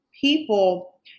people